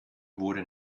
wurde